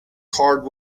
card